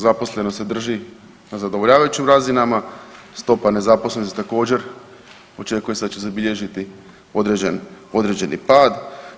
Zaposlenost se drži na zadovoljavajućim razinama, stopa nezaposlenosti također, očekuje se da će zabilježiti određeni pad.